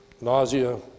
nausea